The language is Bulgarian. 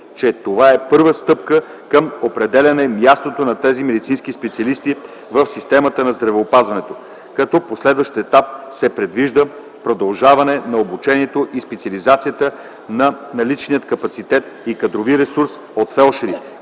че това е първата стъпка към определяне мястото на тези медицински специалисти в системата на здравеопазването, а като последващ етап се предвижда продължаване на обучението и специализацията на наличния капацитет и кадрови ресурс от фелдшери,